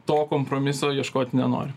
to kompromiso ieškoti nenori